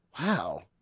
Wow